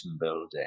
building